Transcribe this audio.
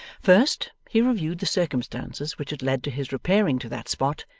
first, he reviewed the circumstances which had led to his repairing to that spot,